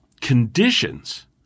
conditions